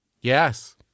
Yes